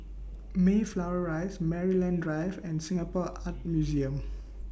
Mayflower Rise Maryland Drive and Singapore Art Museum